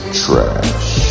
trash